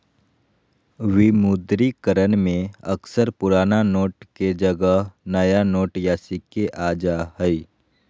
विमुद्रीकरण में अक्सर पुराना नोट के जगह नया नोट या सिक्के आ जा हइ